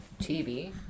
TV